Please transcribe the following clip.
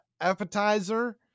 appetizer